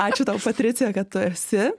ačiū tau patricija kad tu esi